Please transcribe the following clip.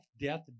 death